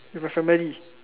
definitely